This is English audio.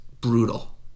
brutal